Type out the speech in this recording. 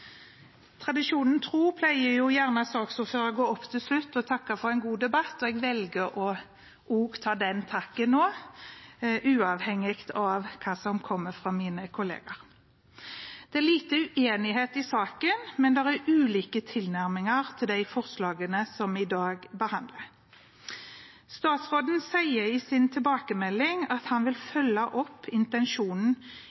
Tradisjonen tro pleier saksordføreren å gå opp til slutt og takke for en god debatt, men jeg velger å takke for også det nå, uavhengig av hva som kommer fra mine kollegaer. Det er lite uenighet i saken, men det er ulike tilnærminger til de forslagene vi behandler i dag. Statsråden sier i sin tilbakemelding at han vil